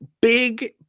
big